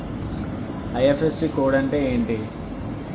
IFSC code అంటే ఏంటి?